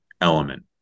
element